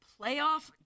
playoff